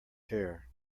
hair